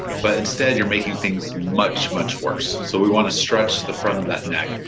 but instead, you're making things much, much worse. so we want to stretch the front of that neck.